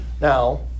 Now